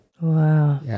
Wow